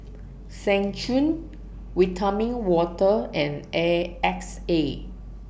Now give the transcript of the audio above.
Seng Choon Vitamin Water and A X A